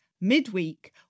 Midweek